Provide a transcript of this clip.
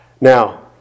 Now